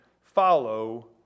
Follow